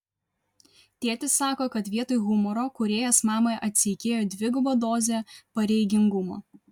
tėtis sako kad vietoj humoro kūrėjas mamai atseikėjo dvigubą dozę pareigingumo